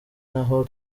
naho